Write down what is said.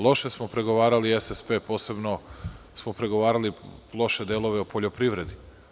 Loše smo pregovarali SSP, posebno smo pregovarali loše delove o poljoprivredi.